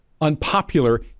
unpopular